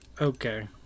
Okay